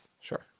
Sure